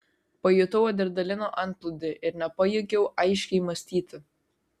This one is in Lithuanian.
pajutau adrenalino antplūdį ir nepajėgiau aiškiai mąstyti